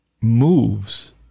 moves